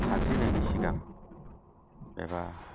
सानस्रिनायनि सिगां एबा